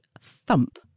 thump